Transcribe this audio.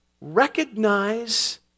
recognize